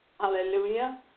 Hallelujah